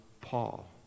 Paul